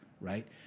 right